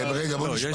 לא, יש